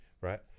Right